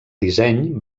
disseny